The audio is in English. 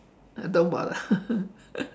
uh don't bother